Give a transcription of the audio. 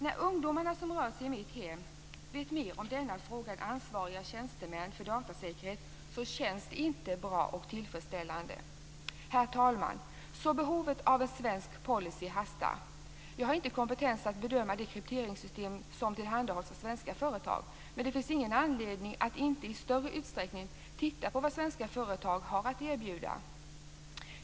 När ungdomarna som rör sig i mitt hem vet mer om denna fråga än tjänstemän som är ansvariga för datasäkerhet, känns det inte bra och tillfredsställande. Herr talman! Behovet av en svensk policy hastar. Jag har inte kompetens att bedöma de krypteringssystem som tillhandahålls av svenska företag. Men det finns ingen anledning att inte i större utsträckning titta på vad svenska företag har att erbjuda.